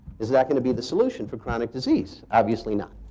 is that going to be the solution for chronic disease? obviously, not.